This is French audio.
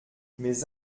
mais